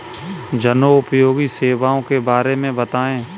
जनोपयोगी सेवाओं के बारे में बताएँ?